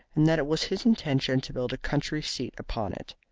and that it was his intention to build a country seat upon it.